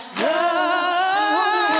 love